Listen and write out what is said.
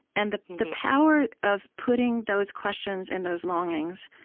and the the power of putting those questions and those longings,